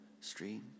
stream